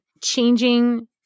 changing